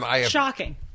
Shocking